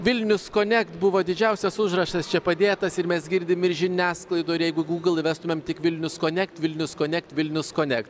vilnius konekt buvo didžiausias užrašas čia padėtas ir mes girdim ir žiniasklaidoj ir jeigu gūgl įvestumėm tik vilnius konekt vilnius konekt vilnius konek